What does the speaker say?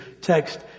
text